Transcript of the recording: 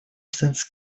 сент